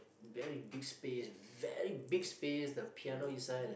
very big space very big space the piano inside